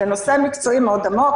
זה נושא מקצועי מאוד עמוק.